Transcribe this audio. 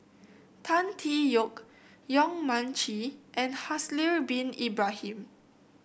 Tan Tee Yoke Yong Mun Chee and Haslir Bin Ibrahim